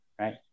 right